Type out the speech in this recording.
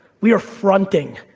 we are fronting,